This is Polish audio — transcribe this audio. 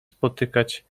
spotykać